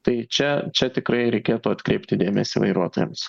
tai čia čia tikrai reikėtų atkreipti dėmesį vairuotojams